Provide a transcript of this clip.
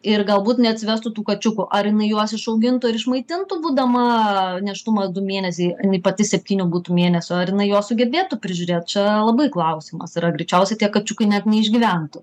ir galbūt jinai atsivestų tų kačiukų ar jinai juos išaugintų ir išmaitintų būdama nėštumas du mėnesiai jinai pati septynių būtų mėnesių ar jinai juos sugebėtų prižiūrėt čia labai klausimas yra greičiausiai tie kačiukai net neišgyventų